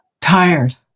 Tired